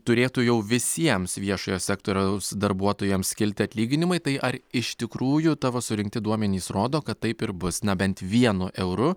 turėtų jau visiems viešojo sektoriaus darbuotojams kilti atlyginimai tai ar iš tikrųjų tavo surinkti duomenys rodo kad taip ir bus na bent vienu euru